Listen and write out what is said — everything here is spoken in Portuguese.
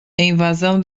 invasão